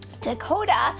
Dakota